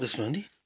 उयसमा पनि